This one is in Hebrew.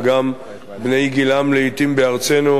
ולעתים גם בני גילם בארצנו,